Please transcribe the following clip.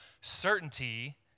certainty